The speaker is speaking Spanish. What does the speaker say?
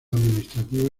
administrativa